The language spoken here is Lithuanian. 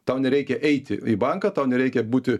tau nereikia eiti į banką tau nereikia būti